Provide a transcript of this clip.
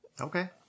okay